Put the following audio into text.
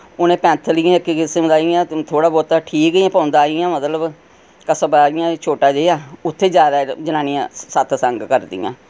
उ'नें पैंथल इ'यां इक किस्म दा इ'यां थोह्ड़ा बोह्ता ठीक ही पौंदा इ'यां मतलब कस्बा इ'यां छोटा जेहा उत्थै ज्यादा जनानियां सतसंग करदियां